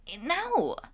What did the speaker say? no